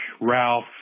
Ralph